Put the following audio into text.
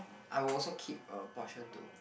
I will also keep a portion to